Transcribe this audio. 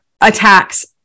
attacks